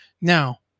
Now